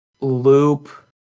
Loop